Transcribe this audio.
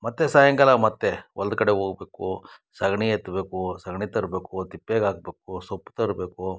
ಮತ್ತೆ ಸಾಯಂಕಾಲ ಮತ್ತೆ ಹೊಲ್ದ ಕಡೆ ಹೋಬೇಕು ಸಗಣಿ ಎತ್ತಬೇಕು ಸಗಣಿ ತರಬೇಕು ತಿಪ್ಪೆಗೆ ಹಾಕ್ಬೇಕು ಸೊಪ್ಪು ತರಬೇಕು